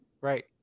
Right